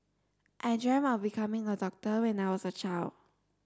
I dreamt of becoming a doctor when I was a child